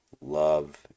love